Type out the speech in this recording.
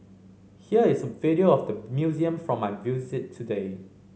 here is a video of the museum from my today